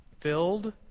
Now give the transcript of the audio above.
Filled